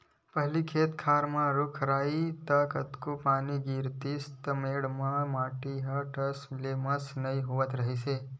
पहिली खेत खार म रूख राहय त कतको पानी गिरतिस मेड़ के माटी ह टस ले मस नइ होवत रिहिस हे